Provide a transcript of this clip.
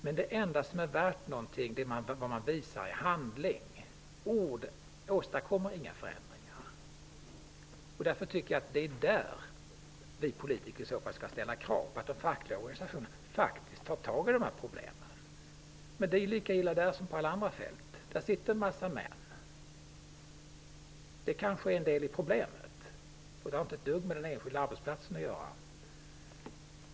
Men det enda som är värt någonting är vad man visar i handling. Med ord åstådkommer man inga förändringar. Därför tycker jag att vi politiker skall ställa krav på att de fackliga organisationerna tar itu med problemen. Men det är lika illa där som på alla andra fält: där sitter en massa män. Det kanske är en del av problemet, och det har inte ett dugg med den enskilda arbetsplatsen att göra.